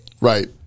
Right